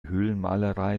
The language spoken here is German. höhlenmalerei